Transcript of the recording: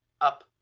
up